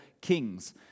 kings